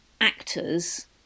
actors